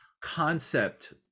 concept